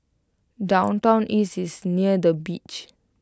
downtown east is near the beach